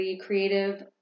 creative